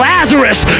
Lazarus